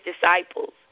disciples